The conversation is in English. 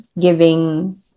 giving